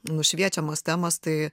nušviečiamos temos tai